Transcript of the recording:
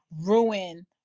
ruin